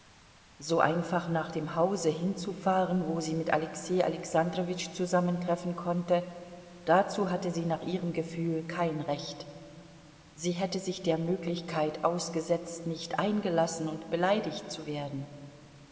so einfach nach dem hause hinzufahren wo sie mit alexei alexandrowitsch zusammentreffen konnte dazu hatte sie nach ihrem gefühl kein recht sie hätte sich der möglichkeit ausgesetzt nicht eingelassen und beleidigt zu werden